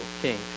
king